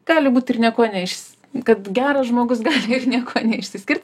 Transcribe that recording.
gali būt ir niekuo neišs kad geras žmogus gali niekuo neišsiskirt